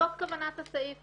זאת כוונת הסעיף.